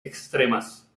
extremas